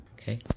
okay